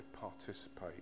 participate